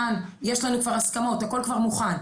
יש לנו כבר הסכמות והכל כבר מוכן,